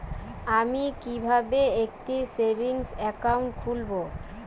আমি কিভাবে একটি সেভিংস অ্যাকাউন্ট খুলব?